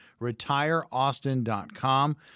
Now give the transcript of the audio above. retireaustin.com